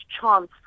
chance